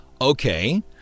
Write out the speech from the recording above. Okay